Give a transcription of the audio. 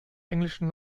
englischen